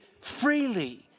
freely